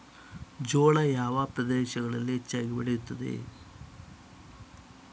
ಜೋಳ ಯಾವ ಪ್ರದೇಶಗಳಲ್ಲಿ ಹೆಚ್ಚಾಗಿ ಬೆಳೆಯುತ್ತದೆ?